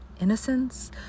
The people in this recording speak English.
innocence